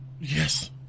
Yes